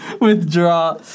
Withdraw